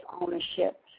ownership